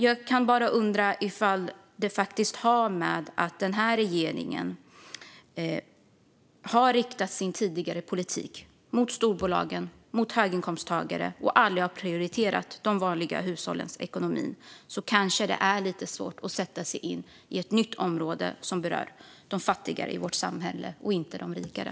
Jag kan bara undra om detta har att göra med att den här regeringen tidigare har vänt sin politik mot storbolag och höginkomsttagare och aldrig har prioriterat de vanliga hushållens ekonomi. Då kanske det är lite svårt att sätta sig in i ett nytt område som berör de fattigare i vårt samhälle och inte de rikare.